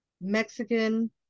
Mexican